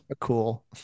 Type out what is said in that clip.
Cool